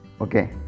Okay